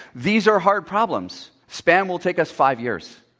these are hard problems. spam will take us five years.